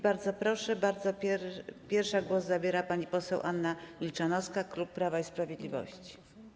Bardzo proszę, pierwsza głos zabierze pani poseł Anna Milczanowska, klub Prawa i Sprawiedliwości.